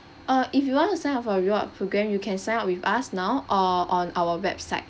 uh if you want to sign up for reward program you can sign up with us now err on our website